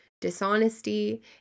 dishonesty